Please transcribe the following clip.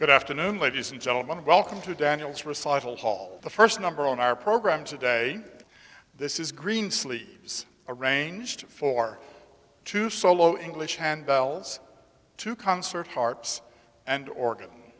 good afternoon ladies and gentlemen welcome to daniel's recital hall the first number on our program today this is greensleeves arranged for two solo english handbells two concert harps and orgon